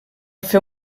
fer